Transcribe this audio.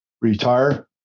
retire